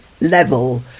level